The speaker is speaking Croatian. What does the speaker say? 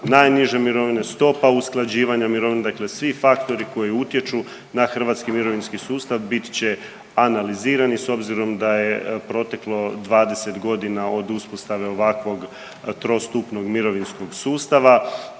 najniže mirovine, stopa usklađivanja mirovine dakle svi faktori koji utječu na hrvatski mirovinski sustav bit će analizirani s obzirom da je proteklo 20 godina od uspostave ovakvog trostupnog mirovinskog sustava.